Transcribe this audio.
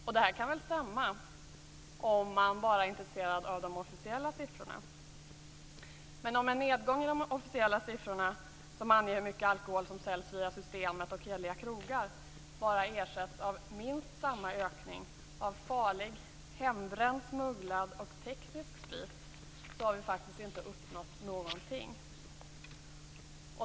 Och det kan väl stämma om man bara är intresserad av de officiella siffrorna. Men om en nedgång i de officiella siffror, som anger hur mycket alkohol som säljs via Systembolaget och hederliga krogar, bara ersätts av minst samma ökning av farlig hembränd, smugglad och teknisk sprit har vi faktiskt inte uppnått någonting.